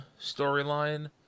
storyline